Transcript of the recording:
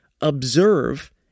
observe